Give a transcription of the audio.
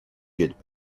get